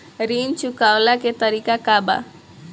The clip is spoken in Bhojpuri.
ऋण चुकव्ला के तरीका का बा?